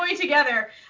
together